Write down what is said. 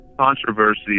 controversy